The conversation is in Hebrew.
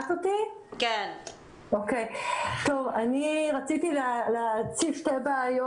אני רציתי להציף שתי בעיות,